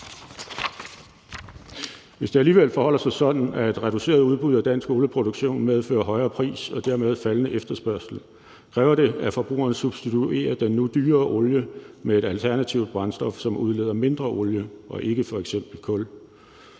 Hvis det alligevel forholder sig sådan, at et reduceret udbud af dansk olieproduktion medfører højere pris og dermed faldende efterspørgsel, kræver det, at forbrugerne substituerer den nu dyrere olie med et alternativt brændstof, som udleder mindre CO2, og ikke med f.eks. kul.